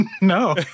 No